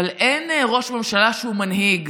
אבל אין ראש ממשלה שהוא מנהיג.